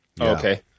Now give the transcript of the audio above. Okay